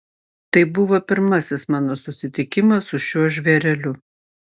tai buvo pirmasis mano susitikimas su šiuo žvėreliu